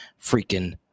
freaking